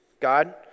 God